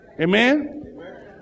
Amen